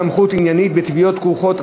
סמכות עניינית בתביעות כרוכות),